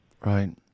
Right